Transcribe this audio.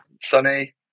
sunny